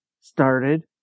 started